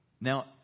Now